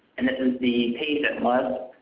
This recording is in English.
and this is the page that